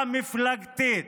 א-מפלגתית,